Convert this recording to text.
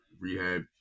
rehab